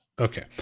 Okay